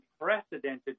unprecedented